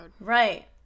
right